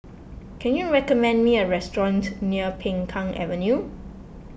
can you recommend me a restaurant near Peng Kang Avenue